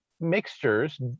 mixtures